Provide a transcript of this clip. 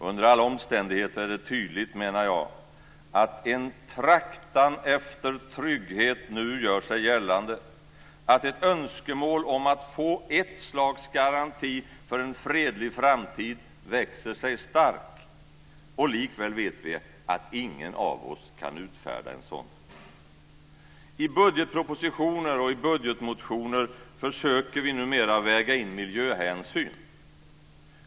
Under alla omständigheter är det tydligt, menar jag, att en traktan efter trygghet nu gör sig gällande, att ett önskemål om att få ett slags garanti för en fredlig framtid växer sig stark. Likväl vet vi att ingen av oss kan utfärda en sådan. I budgetpropositioner och i budgetmotioner försöker vi numera väga in miljöhänsyn.